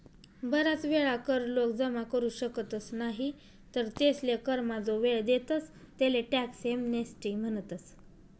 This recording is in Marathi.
बराच वेळा कर लोक जमा करू शकतस नाही तर तेसले करमा जो वेळ देतस तेले टॅक्स एमनेस्टी म्हणतस